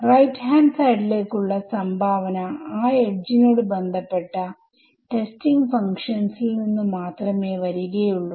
RHS ലേക്കുള്ള സംഭാവന ആ എഡ്ജ് നോട് ബന്ധപ്പെട്ട ടെസ്റ്റിംഗ് ഫങ്ക്ഷൻസിൽ നിന്ന് മാത്രമേ വരികയുള്ളൂ